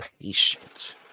patient